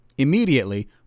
Immediately